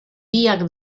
biak